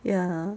ya